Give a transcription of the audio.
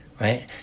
right